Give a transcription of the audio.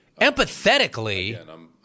empathetically